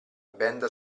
benda